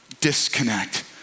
disconnect